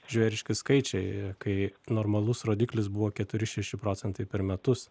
žvėriški skaičiai kai normalus rodiklis buvo keturi šeši procentai per metus